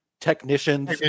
technicians